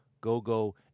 go-go